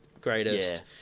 greatest